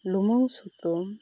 ᱞᱩᱢᱟᱹᱝ ᱥᱩᱛᱟᱹᱢ